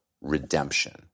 redemption